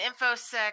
InfoSec